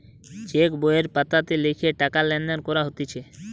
check বইয়ের পাতাতে লিখে টাকা লেনদেন করা হতিছে